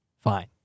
fine